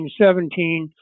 1917